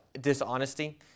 dishonesty